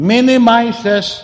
Minimizes